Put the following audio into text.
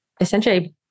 essentially